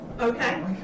Okay